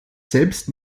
selbst